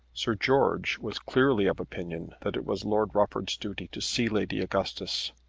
sir george was clearly of opinion that it was lord rufford's duty to see lady augustus.